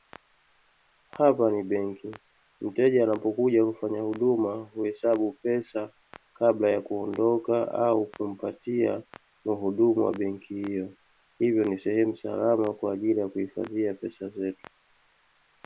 Hapa ni benki. Mteja anapokuja hufanya huduma, huhesabu pesa kabla ya kuondoka au kumpatia muhudumu wa benki hiyo; hivyo ni sehemu salama kwa ajili ya kuhifadhia pesa zetu.